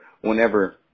whenever